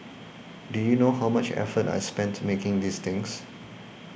do you know how much effort I spent making these things